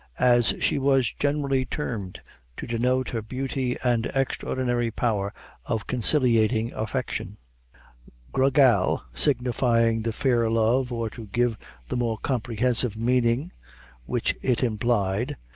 as she was generally termed to denote her beauty and extraordinary power of conciliating affection gra gal signifying the fair love, or to give the more comprehensive meaning which it implied,